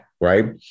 Right